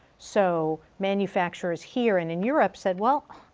so manufacturers here and in europe said, well,